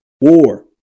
war